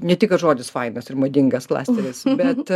ne tik kad žodis v aibas ir madingas klasteris bet